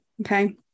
Okay